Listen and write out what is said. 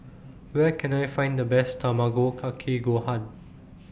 Where Can I Find The Best Tamago Kake Gohan